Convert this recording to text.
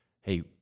hey